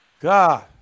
God